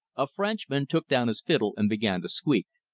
a frenchman took down his fiddle and began to squeak.